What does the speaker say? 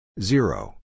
Zero